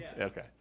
Okay